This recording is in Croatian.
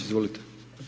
Izvolite.